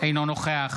אינו נוכח